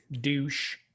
douche